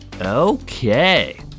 Okay